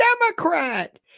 Democrat